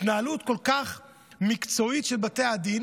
התנהלות כל כך מקצועית של בתי הדין,